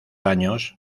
años